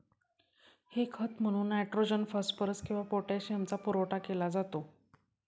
हे खत म्हणून नायट्रोजन, फॉस्फरस किंवा पोटॅशियमचा पुरवठा केला जातो